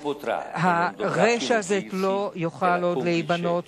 הרשע הזה לא יוכל עוד להיבנות